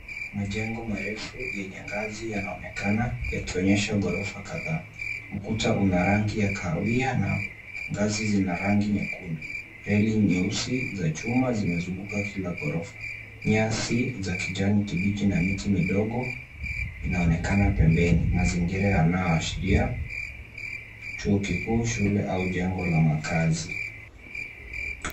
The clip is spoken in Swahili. Majengo marefu yenye ngazi yanaonekana yakionyesha ghorofa kadhaa. Ukuta una rangi ya kahawia na ngazi zina rangi nyekundu. Reli nyeusi za chuma zimezunguka kila ghorofa. Nyasi za kijani kibichi na miti midogo inaonekana pembeni. Mazingira yanayoashiria chuo kikuu, shule au jengo la makaazi.